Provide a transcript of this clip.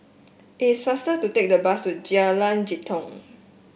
it's faster to take the bus to Jalan Jitong